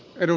edu